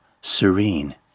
serene